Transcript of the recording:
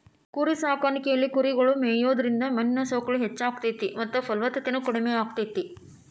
ಕುರಿಸಾಕಾಣಿಕೆಯಲ್ಲಿ ಕುರಿಗಳು ಮೇಯೋದ್ರಿಂದ ಮಣ್ಣಿನ ಸವಕಳಿ ಹೆಚ್ಚಾಗ್ತೇತಿ ಮತ್ತ ಫಲವತ್ತತೆನು ಕಡಿಮೆ ಆಗ್ತೇತಿ